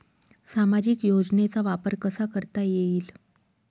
सामाजिक योजनेचा वापर कसा करता येईल?